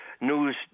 news